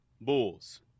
Bulls